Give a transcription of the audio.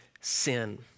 sin